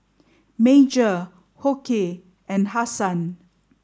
Major Hoke and Hasan